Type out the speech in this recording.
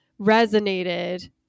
resonated